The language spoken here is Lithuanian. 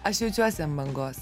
aš jaučiuosi ant bangos